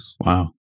Wow